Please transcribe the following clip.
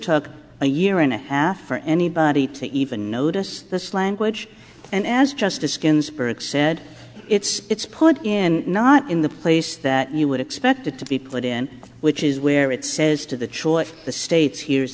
took a year and a half for anybody to even notice this language and as justice ginsburg said it's put in not in the place that you would expect it to be put in which is where it says to the choice of the states here